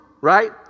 right